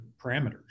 parameters